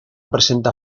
presenta